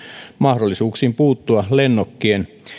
mahdollisuuksia puuttua lennokkien